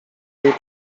jej